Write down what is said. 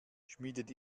schmiedet